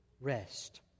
rest